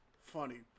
funny